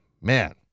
man